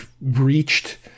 reached